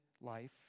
life